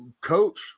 Coach